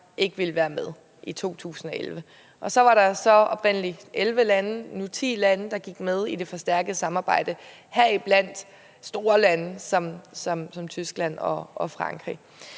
ikke ville være med i 2011. Så var der oprindelig 11 lande, nu 10 lande, der gik med i det forstærkede samarbejde, heriblandt store lande som Tyskland og Frankrig.